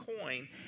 coin